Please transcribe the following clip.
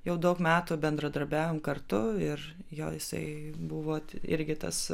jau daug metų bendradarbiavom kartu ir jo jisai buvo irgi tas